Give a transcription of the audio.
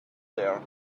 there